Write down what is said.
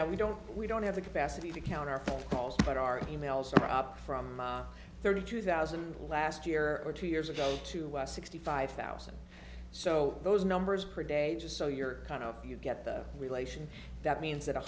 have we don't we don't have the capacity to count our phone calls but our emails are up from thirty two thousand last year or two years ago to sixty five thousand so those numbers per day just so you're kind of you get the relation that means that a